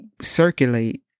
circulate